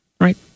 right